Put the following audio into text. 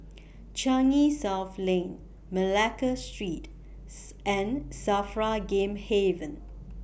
Changi South Lane Malacca Street and SAFRA Game Haven